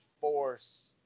force